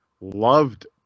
Loved